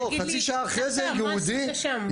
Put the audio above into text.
תגיד לי מה עשית שם.